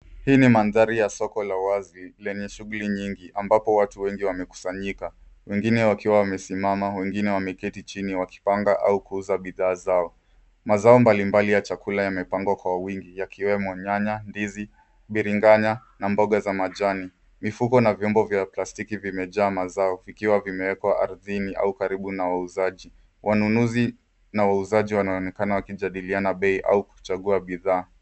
Hii ni mandhari ya soko la wazi lenye shughuli nyingi ambapo watu wengi wamekusanyika. Wengine wakiwa wamesimama wenigne wakiwa wameketi chini wakipanga au kuuza bidhaa zao. Mazao mbalimbali za vyakula vimepangwa kwa wingi yakiwemo nyanya, ndizi, biringanya na mboga za majani. Mifuko na vyombo vya plastiki vimejaa mazao vikiwa vimewekwa ardhini au karibu na wazuaji. Wanunuzi na wauzaji wanaonekana wakijadiliana bei au kuchagua bidhaa.